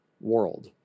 world